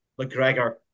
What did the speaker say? McGregor